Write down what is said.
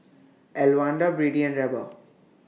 Elwanda Brady and Reba